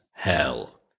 hell